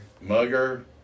mugger